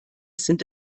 sind